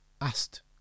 asked